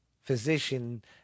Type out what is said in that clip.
physician